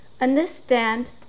understand